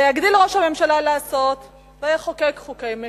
ויגדיל ראש הממשלה לעשות ויחוקק חוקי משילות.